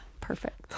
Perfect